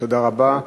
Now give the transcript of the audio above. תודה רבה,